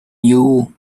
you